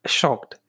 shocked